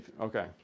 Okay